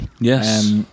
Yes